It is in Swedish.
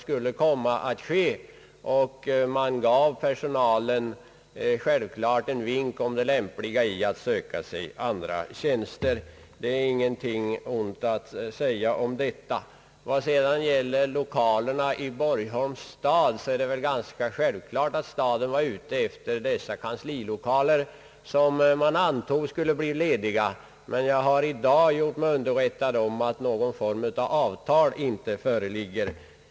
Självklart fick personalen en vink om det lämpliga i att söka sig andra tjänster. Det är ingenting ont att säga om detta. Vad sedan beträffar lokalerna i Borgholms stad så är det ganska självklart att staden var ute efter dessa kanslilokaler som man antog skulle bli lediga. Men jag har i dag gjort mig underrättad om att någon form av avtal inte föreligger.